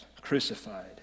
crucified